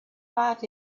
heart